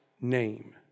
name